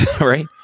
right